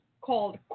called